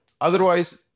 otherwise